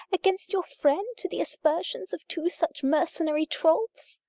against your friend, to the aspersions of two such mercenary trulls?